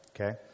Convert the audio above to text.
Okay